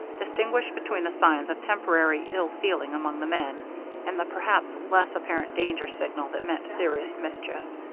distinguish between the signs of temporary ill feeling among the men and the perhaps less apparent danger signal that meant serious mischief.